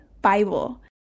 Bible